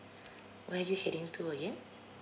where are you heading to again